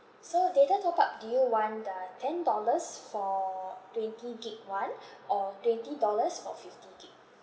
so data top up do you want the ten dollars for twenty gig [one] or twenty dollars for fifty gig